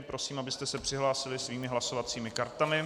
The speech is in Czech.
Prosím, abyste se přihlásili svými hlasovacími kartami.